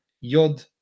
Yod